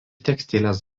tekstilės